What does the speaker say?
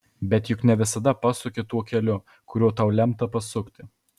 bet juk ne visada pasuki tuo keliu kuriuo tau lemta pasukti